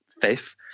fifth